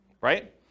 right